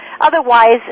Otherwise